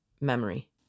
memory